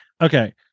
Okay